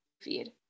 feed